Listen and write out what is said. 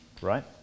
right